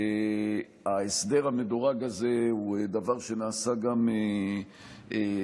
ההסדר המדורג הזה הוא דבר שנעשה גם בעבר,